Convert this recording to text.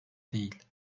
değil